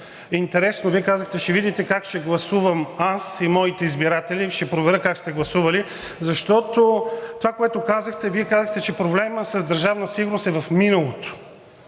трибуната. Вие казахте: „Ще видите как ще гласувам аз и моите избиратели“, ще проверя как сте гласували, защото това, което казахте, а Вие казахте, че проблемът с Държавна сигурност е в миналото,